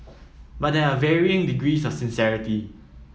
but there are varying degrees of sincerity